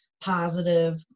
positive